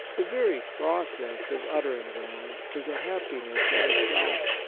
the very process of uttering them is a happiness in itself.